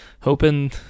hoping